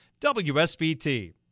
WSBT